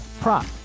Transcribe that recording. prop